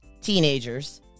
teenagers